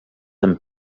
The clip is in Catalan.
amb